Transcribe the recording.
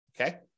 okay